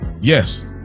yes